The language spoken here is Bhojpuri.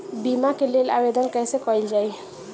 बीमा के लेल आवेदन कैसे कयील जाइ?